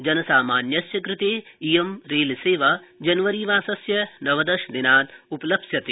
जनसामान्यस्य कृते इयं रेलसेवा जनवरी मासस्य नवदशदिनात् उपलप्स्यते